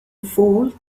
fault